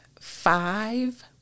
five